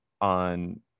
on